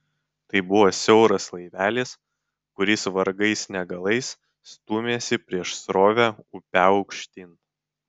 tai buvo siauras laivelis kuris vargais negalais stūmėsi prieš srovę upe aukštyn